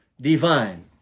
Divine